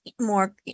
more